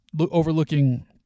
overlooking